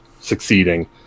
succeeding